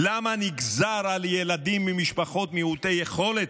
למה נגזר על ילדים ממשפחות מעוטות יכולת,